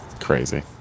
crazy